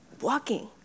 walking